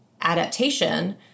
adaptation